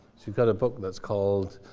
she's got a book that's called